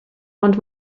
ond